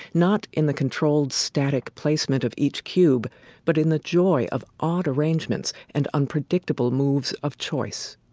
not in the controlled, static placement of each cube but in the joy of odd arrangements and unpredictable moves of choice.